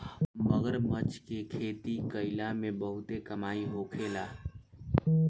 मगरमच्छ के खेती कईला में बहुते कमाई होखेला